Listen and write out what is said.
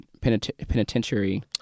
penitentiary